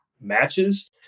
matches